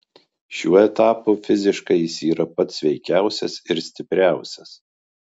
šiuo etapu fiziškai jis yra pats sveikiausias ir stipriausias